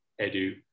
Edu